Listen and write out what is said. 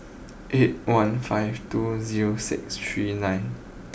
eight one five two zero six three nine